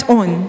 on